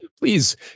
Please